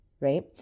right